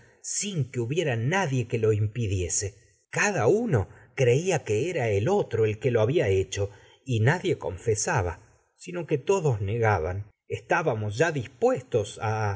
sin que hubiera nadie que lo impidiese cada el otro el que lo había hecho y uno que era natlie confesaba puestos las a sino que todos negaban tomar estábamos hierro ya dis